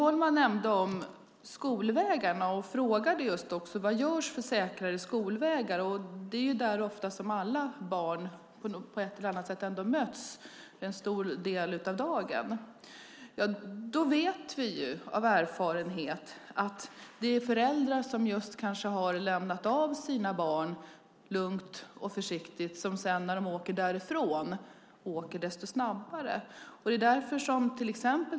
Siv Holma nämnde skolvägarna och frågade vad som görs för att få säkrare skolvägar. Det är där alla barn på ett eller annat sätt möts. Det är en stor del av dagen. Vi vet av erfarenhet att föräldrar som lugnt och försiktigt lämnat av sina barn kör desto snabbare när de åker därifrån.